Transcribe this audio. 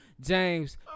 James